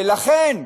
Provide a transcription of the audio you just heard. ולכן,